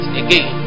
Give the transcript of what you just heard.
again